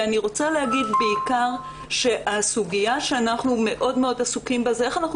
אני רוצה להגיד שהסוגיה שאנחנו מאוד עסוקים בה היא איך אנחנו